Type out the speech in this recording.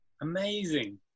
Amazing